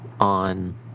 on